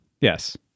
Yes